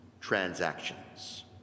transactions